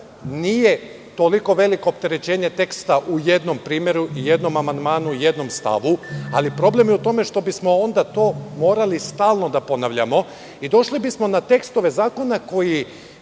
nije toliko veliko opterećenje teksta u jednom primeru, jednom amandmanu, jednom stavu, ali problem je u tome što bismo onda to morali stalno da ponavljamo i došli bismo na tekstove zakona koji